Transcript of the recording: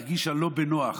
היא הרגישה לא בנוח,